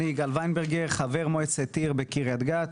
אני יגאל ורדגר, חבר במועצת עיר קריית גת.